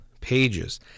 pages